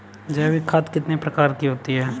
जैविक खाद कितने प्रकार की होती हैं?